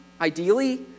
Ideally